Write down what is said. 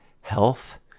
health